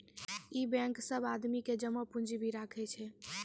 इ बेंक सब आदमी के जमा पुन्जी भी राखै छै